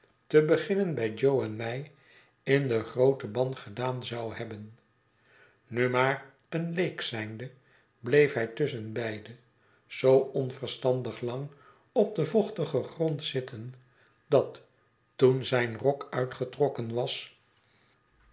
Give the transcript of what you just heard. te beginnen met jo en mij in den grooten ban gedaan zou hebben nu maar een leek zijnde bleef hij tusschenbeide zoo onverstandig lang op den vochtigen grond zitten dat toen zijn rok uitgetrokken was